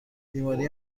بیماری